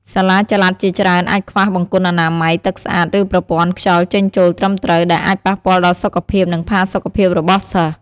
សាលាចល័តជាច្រើនអាចខ្វះបង្គន់អនាម័យ ទឹកស្អាត ឬប្រព័ន្ធខ្យល់ចេញចូលត្រឹមត្រូវ ដែលអាចប៉ះពាល់ដល់សុខភាព និងផាសុកភាពរបស់សិស្ស។